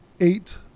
eight